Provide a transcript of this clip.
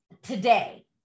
Today